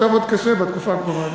ועדת החינוך תעבוד קשה בתקופה הקרובה,